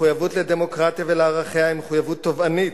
מחויבות לדמוקרטיה ולערכיה היא מחויבות תובענית,